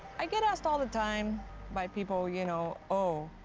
i get asked all the time by people, you know, oh,